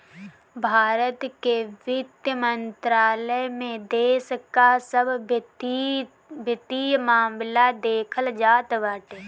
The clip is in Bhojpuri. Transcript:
भारत के वित्त मंत्रालय में देश कअ सब वित्तीय मामला देखल जात बाटे